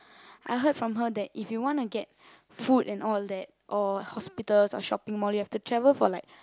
I heard from her that if you want to get food and all that or hospital or shopping mall you have to travel for like